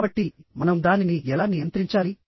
కాబట్టి మనం దానిని ఎలా నియంత్రించాలి